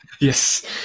Yes